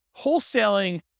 wholesaling